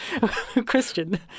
Christian